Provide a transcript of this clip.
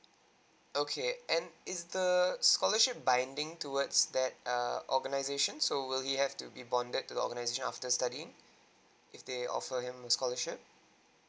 okay and is the scholarship binding towards that err organisation so will he have to be bonded to the organization after studying if they offer you a scholarship